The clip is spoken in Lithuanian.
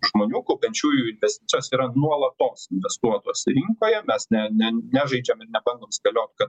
žmonių kaupiančiųjų investicijose yra nuolatos investuotos į rinkoje mes ne ne nežaidžiame ir nebandom spėlioti ką